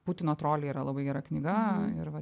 putino troliai yra labai gera knyga ir va